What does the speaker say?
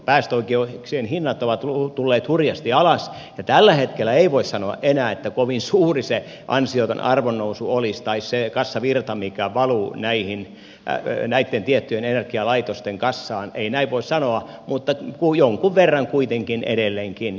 päästöoikeuksien hinnat ovat tulleet hurjasti alas ja tällä hetkellä ei voi sanoa enää että kovin suuri se ansioton arvonnousu olisi tai se kassavirta mikä valuu näitten tiettyjen energialaitosten kassaan ei näin voi sanoa mutta jonkun verran kuitenkin edelleenkin